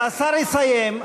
השר יסיים,